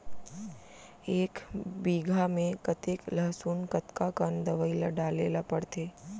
एक बीघा में कतेक लहसुन कतका कन दवई ल डाले ल पड़थे?